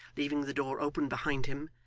leaving the door open behind him,